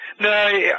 No